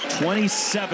27